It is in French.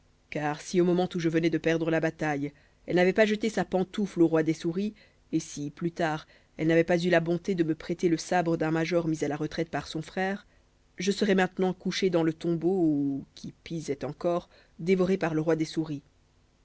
car si au moment où je venais de perdre la bataille elle n'avait pas jeté sa pantoufle au roi des souris et si plus tard elle n'avait pas eu la bonté de me prêter le sabre d'un major mis à la retraite par son frère je serais maintenant couché dans le tombeau ou qui pis est encore dévoré par le roi des souris